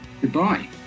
goodbye